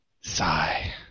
Sigh